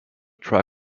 drug